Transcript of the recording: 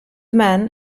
man